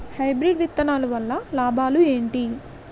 Hybrid విత్తనాలు వల్ల లాభాలు ఏంటి?